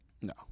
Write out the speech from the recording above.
No